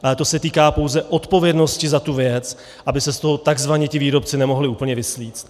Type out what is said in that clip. Ale to se týká pouze odpovědnosti za tu věc, aby se z toho takzvaně výrobci nemohli úplně vysvléct.